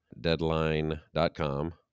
Deadline.com